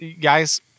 guys